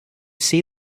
say